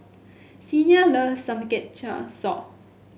Xena love Samgeyopsal